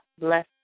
Bless